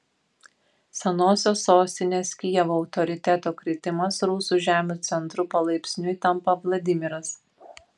senosios sostinės kijevo autoriteto kritimas rusų žemių centru palaipsniui tampa vladimiras